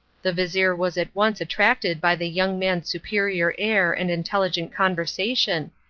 the vizir was at once attracted by the young man's superior air and intelligent conversation,